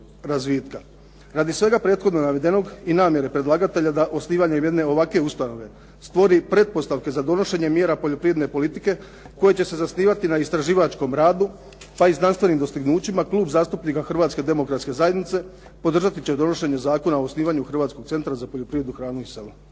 Radi svega prethodno navedenog i namjere predlagatelja da osnivanjem jedne ovakve ustanove stvori pretpostavke za donošenje mjera poljoprivredne politike koje će se zasnivati na istraživačkom radu, pa i znanstvenim dostignućima, Klub zastupnika Hrvatske demokratske zajednice podržati će donošenje Zakona o osnivanju Hrvatskog centra za poljoprivredu, hranu i selo.